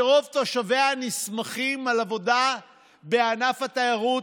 שרוב תושביה נסמכים על עבודה בענף התיירות,